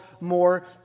more